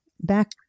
back